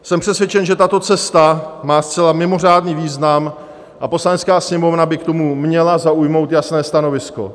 Jsem přesvědčen, že tato cesta má zcela mimořádný význam, a Poslanecká sněmovna by k tomu měla zaujmout jasné stanovisko.